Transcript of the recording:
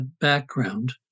background